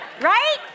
Right